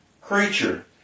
creature